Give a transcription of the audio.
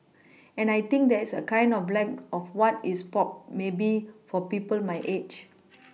and I think there is a kind of a lack of what is pop maybe for people my age